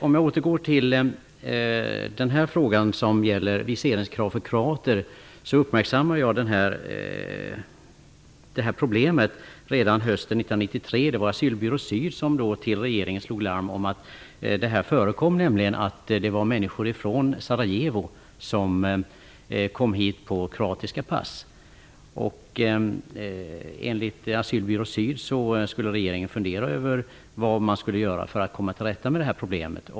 Jag skall återgå till frågan som gäller viseringskrav för kroater. Jag uppmärksammande detta problemet redan hösten 1993. Asylbyrå syd slog då larm till regeringen om att människor från Sarajevo kom hit på kroatiska pass. Enligt Asylbyrå syd skulle regeringen fundera över vad man skulle göra för att komma till rätta med detta problem.